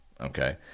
okay